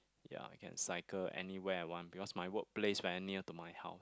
ya I can cycle anywhere I want because my workplace very near to my house